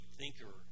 thinker